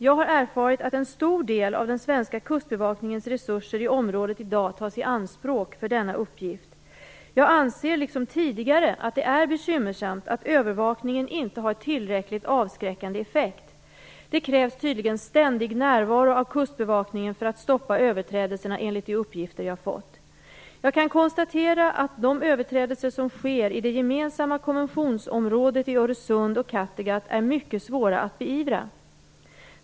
Jag har erfarit att en stor del av den svenska kustbevakningens resurser i området i dag tas i anspråk för denna uppgift. Jag anser liksom tidigare att det är bekymmersamt att övervakningen inte har tillräckligt avskräckande effekt. Det krävs tydligen ständig närvaro av kustbevakningen för att stoppa överträdelserna, enligt de uppgifter jag fått. Jag kan konstatera att de överträdelser som sker i det gemensamma konventionsområdet i Öresund och Kattegatt är mycket svåra att beivra.